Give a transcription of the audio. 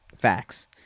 Facts